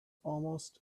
almost